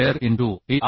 square into E